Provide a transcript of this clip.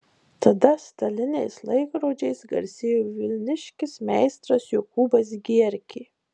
tada staliniais laikrodžiais garsėjo vilniškis meistras jokūbas gierkė